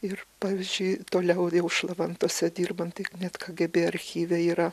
ir pavyzdžiui toliau jau šlavantuose dirbant tai net kgb archyve yra